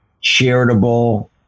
charitable